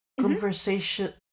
conversation